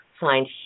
find